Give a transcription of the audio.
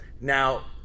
Now